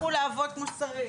תמשיכו לעבוד כמו שצריך.